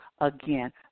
Again